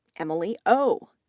emily ou,